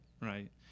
right